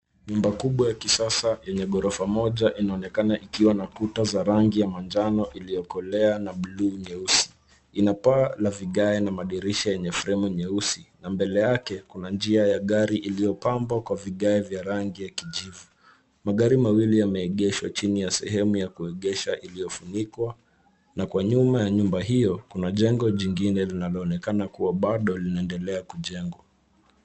Nyumba kubwa ya kisasa, yenye ghorofa moja, inaonekana ikiwa na kuta za rangi ya manjano iliyokolea na buluu nyeusi. Ina paa la vigae na madirisha yenye fremu nyeusi, na mbele yake kuna njia ya gari iliyopambwa kwa vigae vya rangi ya kijivu. Magari mawili yameegeshwa chini ya sehemu ya kuegesha iliyofunikwa, na kwa nyuma ya nyumba hio, kuna jengo jingine linaloonekana kuwa bado linaendelea kujengwa.